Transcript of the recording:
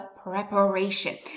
preparation